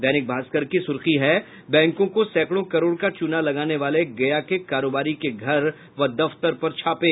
दैनिक भास्कर की सुर्खी है बैंकों को सैकड़ों करोड़ का चूना लगाने वाले गया के कारोबारी के घर व दफ्तर पर छापे